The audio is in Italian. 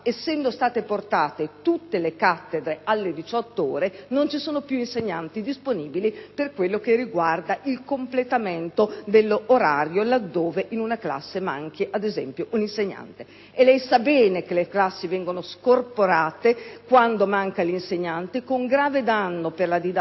essendo state portate tutte le cattedre a 18 ore, non ci sono più insegnanti disponibili per quanto riguarda il completamento dell'orario laddove in una classe manchi ad esempio un insegnante. In quel caso, sa bene che le classi vengono scorporate, con grave danno per la didattica